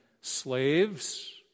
slaves